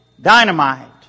dynamite